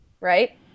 right